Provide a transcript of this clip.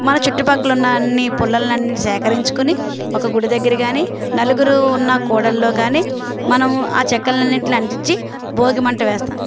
మన చుట్టుపక్కల ఉన్న అన్ని పుల్లలన్నీ సేకరించుకొని ఒక గుడి దగ్గర కానీ నలుగురు ఉన్న కూడలిలో కానీ మనము ఆ చెక్కలన్నింటినీ అంటించి భోగిమంట వేస్తాము